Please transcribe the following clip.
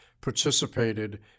participated